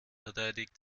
verteidigt